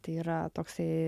tai yra toksai